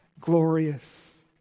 glorious